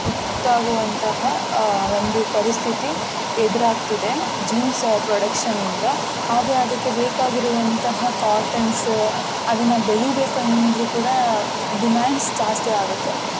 ಕುತ್ತಾಗುವಂತಹ ಒಂದು ಪರಿಸ್ಥಿತಿ ಎದುರಾಗ್ತಿದೆ ಜೀನ್ಸ್ ಪ್ರೊಡಕ್ಷನಿಂದ ಹಾಗೆ ಅದಕ್ಕೆ ಬೇಕಾಗಿರುವಂತಹ ಕಾಟನ್ಸ್ ಅದನ್ನು ಬೆಳಿಬೇಕೆಂದರೂ ಕೂಡ ಡಿಮ್ಯಾಂಡ್ಸ್ ಜಾಸ್ತಿ ಆಗುತ್ತೆ